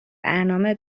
برنامه